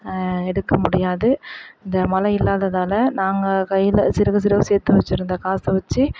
எடுக்க முடியாது இந்த மழை இல்லாததால் நாங்கள் கையில் சிறுக சிறுக சேர்த்து வச்சுருந்த காசை வச்சு